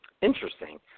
Interesting